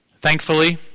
Thankfully